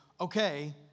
okay